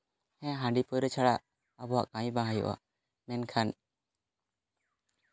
ᱦᱮᱸ ᱦᱟᱺᱰᱤ ᱯᱟᱹᱣᱨᱟᱹ ᱪᱷᱟᱲᱟ ᱟᱵᱚᱣᱟᱜ ᱠᱟᱹᱢᱤ ᱵᱟᱝ ᱦᱩᱭᱩᱜᱼᱟ ᱢᱮᱱᱠᱷᱟᱱ